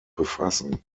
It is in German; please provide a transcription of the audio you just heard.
befassen